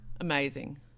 amazing